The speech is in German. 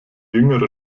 jüngere